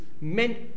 meant